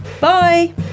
Bye